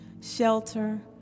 shelter